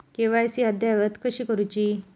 KYC अद्ययावत कशी करुची?